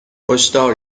هشدار